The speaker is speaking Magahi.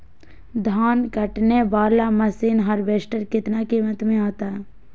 धान कटने बाला मसीन हार्बेस्टार कितना किमत में आता है?